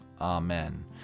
Amen